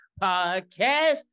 podcast